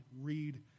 read